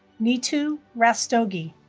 neetu rastogi